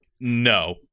No